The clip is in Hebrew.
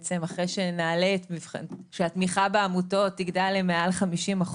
אחרי שהתמיכה בעמותות תגדל למעל 50%,